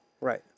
Right